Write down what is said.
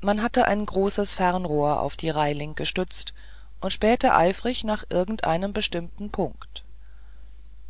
man hatte ein großes fernrohr auf die reiling gestützt und spähte eifrig nach irgendeinem bestimmten punkt